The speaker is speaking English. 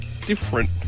different